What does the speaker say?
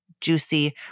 juicy